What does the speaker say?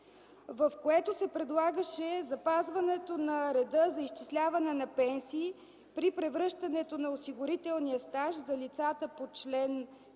в което се предлагаше запазването на реда за изчисляване на пенсии при превръщането на осигурителния стаж за лицата по чл.